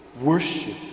worship